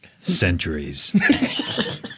centuries